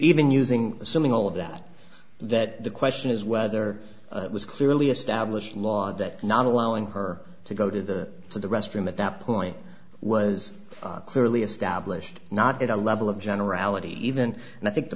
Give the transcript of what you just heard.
even using assuming all of that that the question is whether it was clearly established law dept not allowing her to go to the to the restroom at that point was clearly established not at a level of generality even and i think the